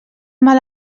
mal